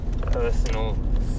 personal